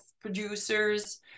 producers